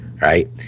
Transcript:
right